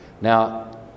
Now